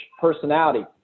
personality